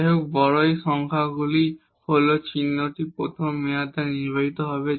যাইহোক বড় এই সংখ্যাগুলি হল চিহ্নটি প্রথম টার্ম দ্বারা নির্ধারিত হবে